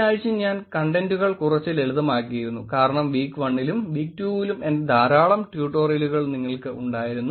ഈ ആഴ്ച ഞാൻ കണ്ടെന്റുകൾ കുറച്ച് ലളിതമാക്കിയിരുന്നു കാരണം വീക് 1 ലും വീക് 2 ലും എന്റെ ധാരാളം ട്യൂട്ടോറിയലുകൾ നിങ്ങൾക്ക് ഉണ്ടായിരുന്നു